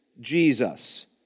Jesus